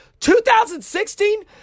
2016